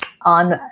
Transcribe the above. on